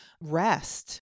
rest